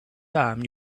time